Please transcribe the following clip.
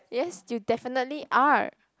yes you definitely are